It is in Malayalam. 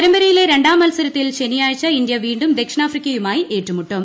പരമ്പരയിലെ രണ്ടാം മത്സരത്തിൽ ശനിയാഴ്ച ഇന്ത്യ വീണ്ടും ദക്ഷിണാഫ്രിക്കയുമായി ഏറ്റുമുട്ടും